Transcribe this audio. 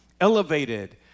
elevated